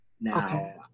now